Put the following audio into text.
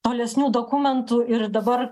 tolesnių dokumentų ir dabar